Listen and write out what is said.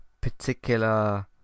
particular